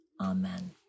Amen